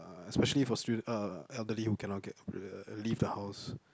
uh especially for str~ uh elderly who cannot get uh leave the house